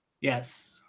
Yes